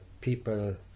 people